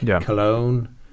Cologne